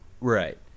Right